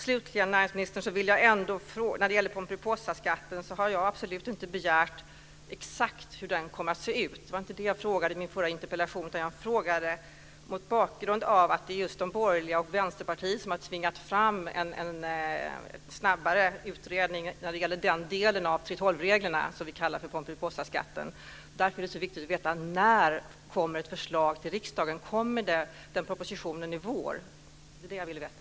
Slutligen, näringsministern, har jag i frågan om pomperipossaskatten absolut inte begärt att få veta hur den exakt kommer att se ut. Det var inte det jag frågade i den förra interpellationen. Det är ju de borgerliga och Vänsterpartiet som har tvingat fram en snabbare utredning av den del av 3:12-reglerna som vi kallar för pomperipossaskatten. Därför är det så viktigt att veta när det kommer ett förslag till riksdagen. Kommer den propositionen i vår? Det är vad jag ville veta.